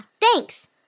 thanks